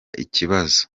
ikibazo